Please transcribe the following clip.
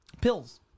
pills